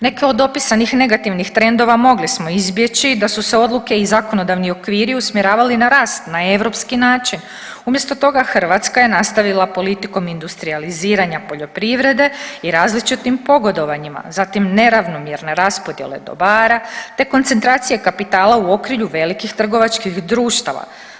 Neke od opisanih negativnih trendova mogli smo izbjeći da su se odluke i zakonodavni okviri usmjeravali na rast na europski način, umjesto toga Hrvatska je nastavila politikom industrijaliziranja poljoprivrede i različitim pogodovanjima, zatim neravnomjerne raspodjele dobara, te koncentracije kapitala u okrilju velikih trgovačkih društava.